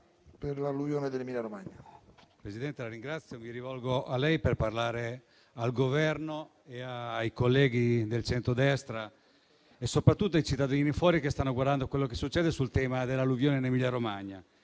Presidente, mi rivolgo a lei per parlare al Governo, ai colleghi del centrodestra e soprattutto ai cittadini fuori che stanno guardando quello che succede sul tema dell'alluvione in Emilia-Romagna.